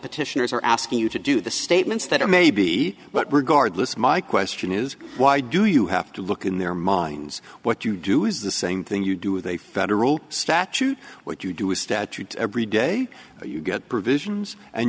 petitioners are asking you to do the statements that are maybe but regardless my question is why do you have to look in their minds what you do is the same thing you do with a federal statute what you do is statute every day you get provisions and